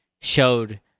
showed